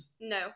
No